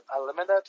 Unlimited